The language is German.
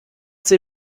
sie